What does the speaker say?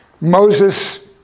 Moses